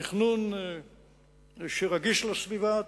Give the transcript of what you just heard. תכנון שרגיש לסביבה,